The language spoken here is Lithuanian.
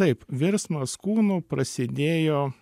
taip virsmas kūnu prasidėjo